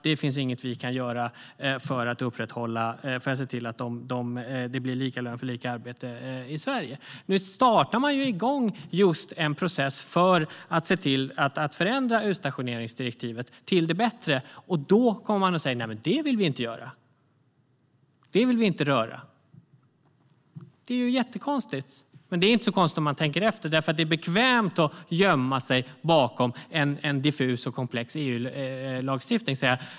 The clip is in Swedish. Det finns ingenting vi kan göra för att se till att det blir lika lön för lika arbete i Sverige. Nu startar man en process just för att se till att utstationeringsdirektivet förändras till det bättre. Då kommer de och säger: Nej, det vill vi inte göra. Det vill vi inte röra. Det är ju jättekonstigt. Men om man tänker efter är det inte så konstigt, för det är bekvämt att gömma sig bakom en diffus och komplex EU-lagstiftning.